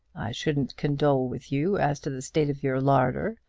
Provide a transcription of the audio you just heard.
shouldn't condole with you as to the state of your larder.